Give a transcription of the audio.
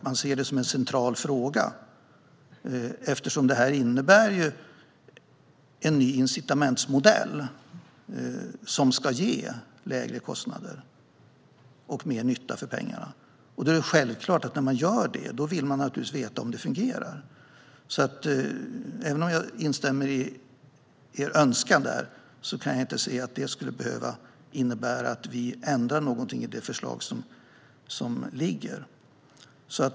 Man ser det som en central fråga eftersom detta ju innebär en ny incitamentsmodell som ska ge lägre kostnader och mer nytta för pengarna. När man gör det är det självklart att man vill veta om det fungerar. Även om jag instämmer i er önskan där kan jag alltså inte se att det skulle behöva innebära att man ändrar någonting i det förslag som föreligger.